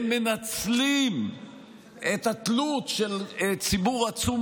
הם מנצלים את התלות של ציבור עצום